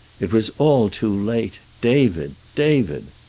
it was all too late. david! david!